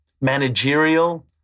managerial